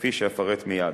כפי שאפרט מייד.